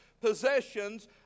possessions